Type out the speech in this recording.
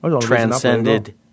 transcended